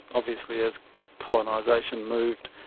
obviously as colonisation moved,